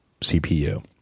cpu